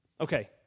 Okay